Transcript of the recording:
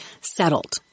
settled